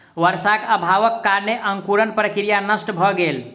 वर्षाक अभावक कारणेँ अंकुरण प्रक्रिया नष्ट भ गेल